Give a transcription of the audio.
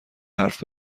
حرف